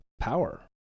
power